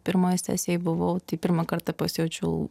pirmoj sesijoj buvau tai pirmą kartą pasijaučiau